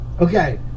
Okay